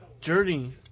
Journey